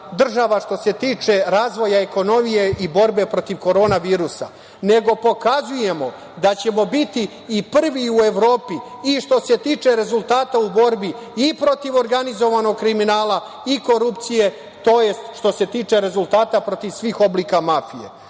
što se tiče razvoja ekonomije i borbe protiv korona virusa, nego pokazujemo da ćemo biti i prvi u Evropi i što se tiče rezultata u borbi i protiv organizovanog kriminala i korupcije, to je što se tiče rezultata protiv svih oblika mafije. Prema